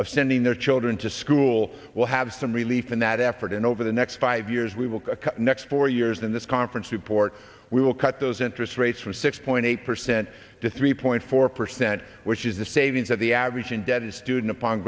of sending their children to school will have some relief in that effort and over the next five years we will next four years in this conference report we will cut those interest rates from six point eight percent to three point four percent which is the savings of the average indebted student upon